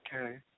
okay